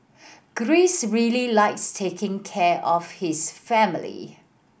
Greece really likes taking care of his family